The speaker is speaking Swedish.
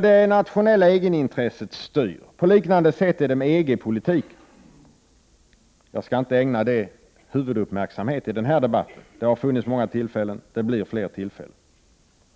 Det nationella egenintresset styr. På liknande sätt är det med EG-politiken. Jag skall inte ägna det den huvudsakliga uppmärksamheten i den här debatten; det har funnits många tillfällen, och det blir fler tillfällen.